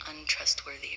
untrustworthy